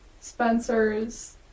Spencer's